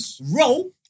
roll